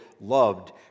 loved